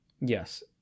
yes